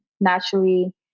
naturally